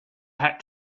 had